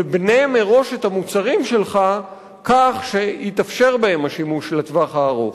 ובנה מראש את המוצרים שלך כך שיתאפשר בהם השימוש לטווח הארוך.